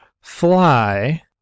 Fly